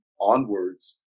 onwards